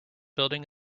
building